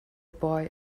boy